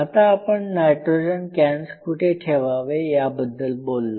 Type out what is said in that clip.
आता आपण nitrogen cans कुठे ठेवावे याबद्दल बोललो